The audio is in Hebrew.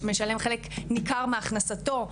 משלם חלק ניכר מהכנסתו,